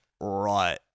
right